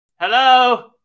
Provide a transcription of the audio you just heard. Hello